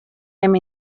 hem